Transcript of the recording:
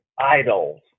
idols